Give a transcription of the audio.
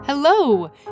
Hello